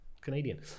Canadian